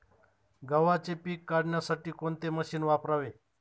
गव्हाचे पीक काढण्यासाठी कोणते मशीन वापरावे?